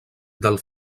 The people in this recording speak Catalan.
del